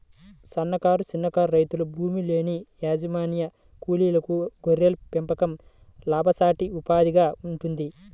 సన్నకారు, చిన్నకారు రైతులు, భూమిలేని వ్యవసాయ కూలీలకు గొర్రెల పెంపకం లాభసాటి ఉపాధిగా ఉంటుంది